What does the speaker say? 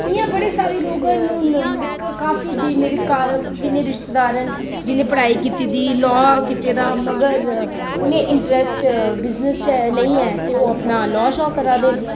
इयां बड़े सारे लोक न काफी जी मेरे मेरे रिश्तेदार न जिनें पढ़ाई कीती दी ला कीते दा उनेंगी इंटरेस्ट बिजनस च नेईं ऐ ते ओह् अपना ला शा करै दे न